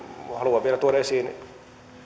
haluan vielä tuoda esiin